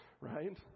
Right